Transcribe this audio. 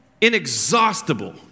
inexhaustible